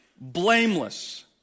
blameless